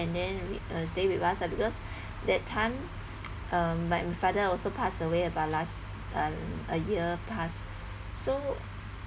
and then stay with us ah because that time um my father also passed away about last uh a year plus so